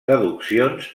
deduccions